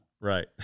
Right